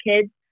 kids